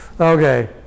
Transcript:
Okay